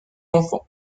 enfants